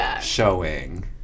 showing